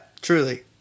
truly